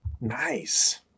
Nice